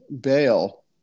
bail